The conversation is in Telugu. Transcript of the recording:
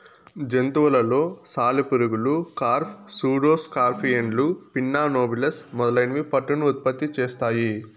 జంతువులలో సాలెపురుగులు, కార్ఫ్, సూడో స్కార్పియన్లు, పిన్నా నోబిలస్ మొదలైనవి పట్టును ఉత్పత్తి చేస్తాయి